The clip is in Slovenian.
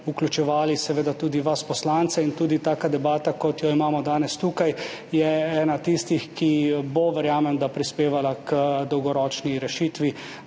vključevali seveda tudi vas poslance in tudi taka debata, kot jo imamo danes tukaj, je ena tistih, ki bo, verjamem, prispevala k dolgoročni rešitvi,